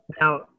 Now